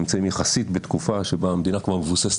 נמצאים יחסית בתקופה שבה המדינה כבר מבוססת